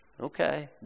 Okay